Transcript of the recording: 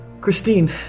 Christine